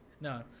No